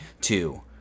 two